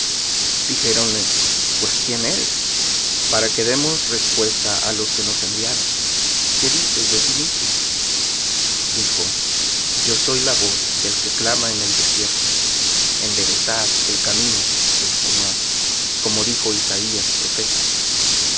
dijéronle pues quién eres para que demos respuesta á los que nos enviaron qué dices de ti mismo dijo yo soy la voz del que clama en el desierto enderezad el camino del señor como dijo isaías profeta